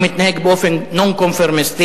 הוא מתנהג באופן נון-קונפורמיסטי.